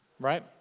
right